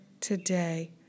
today